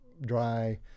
dry